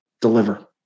deliver